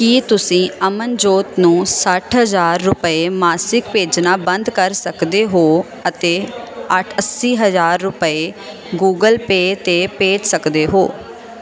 ਕੀ ਤੁਸੀਂ ਅਮਨਜੋਤ ਨੂੰ ਸੱਠ ਹਜ਼ਾਰ ਰੁਪਏ ਮਾਸਿਕ ਭੇਜਣਾ ਬੰਦ ਕਰ ਸਕਦੇ ਹੋ ਅਤੇ ਅੱਠ ਅੱਸੀ ਹਜ਼ਾਰ ਰੁਪਏ ਗੂਗਲ ਪੇਅ 'ਤੇ ਭੇਜ ਸਕਦੇ ਹੋ